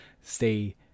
stay